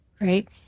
right